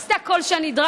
עשתה כל שנדרש,